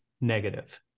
negative